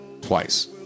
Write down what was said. Twice